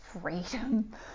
freedom